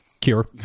cure